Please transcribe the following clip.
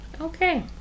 Okay